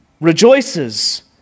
rejoices